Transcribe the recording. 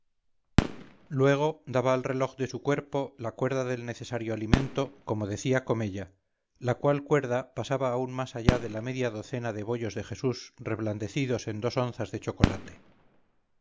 luego daba al reloj de su cuerpo la cuerda del necesario alimento como decía comella la cual cuerda pasaba aún más allá de la media docena de bollos de jesús reblandecidos en dos onzas de chocolate